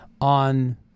on